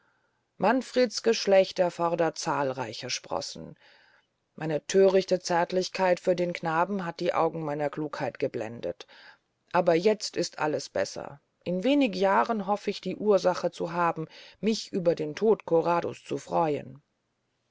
manfreds geschlecht erfordert zahlreiche sprossen meine thörichte zärtlichkeit für den knaben hat die augen meiner klugheit geblendet aber jetzt ist alles besser in wenig jahren hoff ich ursache zu haben mich über den tod corrado's zu freuen